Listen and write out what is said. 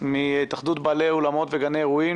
מהתאחדות בעלי אולמות וגני אירועים,